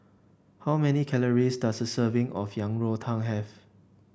how many calories does a serving of Yang Rou Tang have